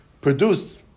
produced